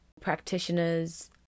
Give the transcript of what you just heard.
practitioners